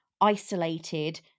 isolated